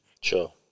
Sure